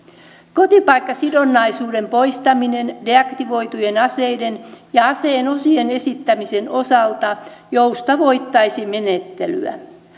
kotipaikkasidonnaisuuden poistaminen deaktivoitujen aseiden ja aseen osien esittämisen osalta joustavoittaisi menettelyä